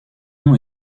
nom